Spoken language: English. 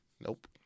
Nope